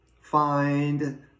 find